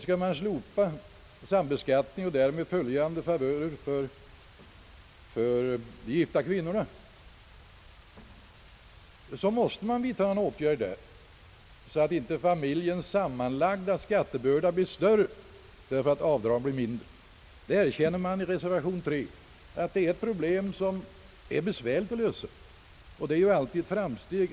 Skall vi slopa sambeskattningen och därmed följande favörer för de gifta kvinnorna, måste vi vidta någon åtgärd så att familjernas sammanlagda skattebörda inte blir större i och med att avdragen blir mindre. Reservanterna erkänner att problemet är besvärligt att lösa, och det är ju ett framsteg.